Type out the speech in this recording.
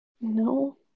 no